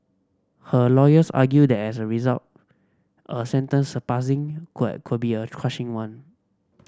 her lawyers argued that as a result a sentence surpassing could could be a crushing one